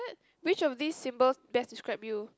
what which of these symbols best describe you